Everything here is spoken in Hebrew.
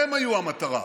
הם היו המטרה.